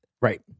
Right